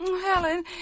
Helen